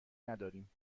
نداریم